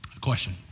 question